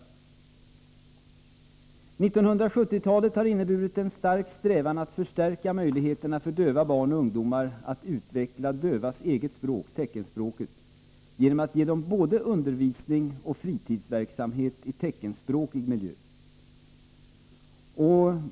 1970-talet har inneburit en stark strävan att förstärka möjligheterna för döva barn och ungdomar att utveckla de dövas eget språk, teckenspråket, genom att ge dem både undervisning och fritidsverksamhet i teckenspråkig miljö.